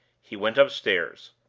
he went upstairs.